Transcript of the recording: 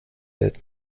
gelb